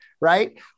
Right